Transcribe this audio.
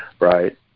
right